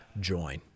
join